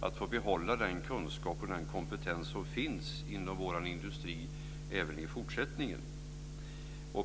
och får behålla den kunskap och den kompetens som finns inom vår industri även i fortsättningen.